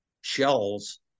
shells